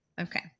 Okay